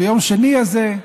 ביום שני הזה,